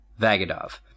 Vagadov